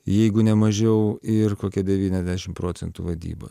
jeigu ne mažiau ir kokie devyniasdešim procentų vadyba